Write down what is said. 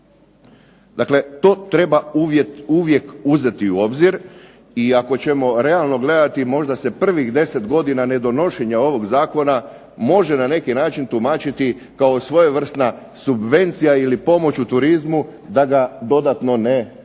Dakle to treba uvijek uzeti u obzir i ako ćemo realno gledati možda se prvih 10 godina nedonošenja ovog zakona može na neki način tumačiti kao svojevrsna subvencija ili pomoć u turizmu da ga dodatno ne opterećuje.